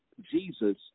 Jesus